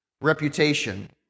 reputation